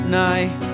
night